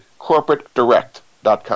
corporatedirect.com